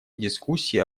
дискуссии